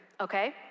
Okay